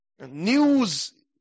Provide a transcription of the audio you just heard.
News